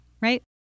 Right